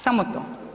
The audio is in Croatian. Samo to.